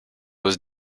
was